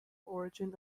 origin